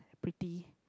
pretty